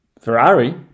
Ferrari